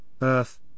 Earth